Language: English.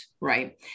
right